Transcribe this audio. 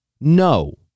No